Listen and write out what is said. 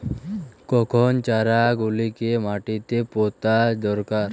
কখন চারা গুলিকে মাটিতে পোঁতা দরকার?